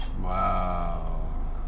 Wow